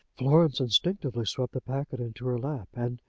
florence instinctively swept the packet into her lap, and,